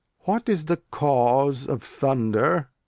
what is the cause of thunder?